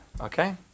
okay